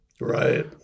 right